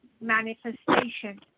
manifestation